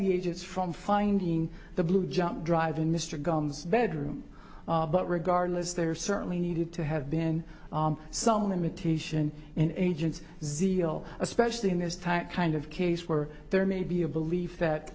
the agents from finding the blue jump drive in mr guns bedroom but regardless there certainly needed to have been some limitation and agents zeal especially in this tight kind of case where there may be a belief that